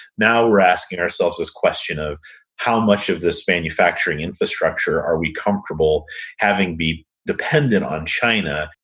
now we're asking ourselves this question of how much of this manufacturing infrastructure are we comfortable having be dependent on china?